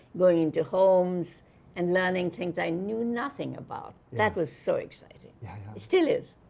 going into homes and learning things i knew nothing about. that was so exciting. it still is.